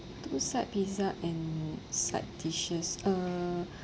two set pizza and side dishes uh